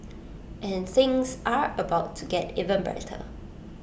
and things are about to get even better